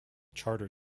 charter